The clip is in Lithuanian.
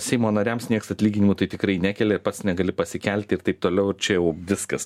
seimo nariams nieks atlyginimų tai tikrai nekelia ir pats negali pasikelti ir taip toliau ir čia jau viskas